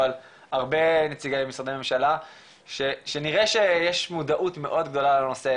אבל הרבה נציגי משרדי ממשלה שנראה שיש מודעות מאוד גדולה לנושא,